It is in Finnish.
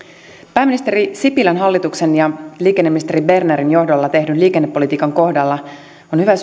pääministeri sipilän hallituksen ja liikenneministeri bernerin johdolla tehdyn liikennepolitiikan kohdalla on hyvä